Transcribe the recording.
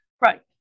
Right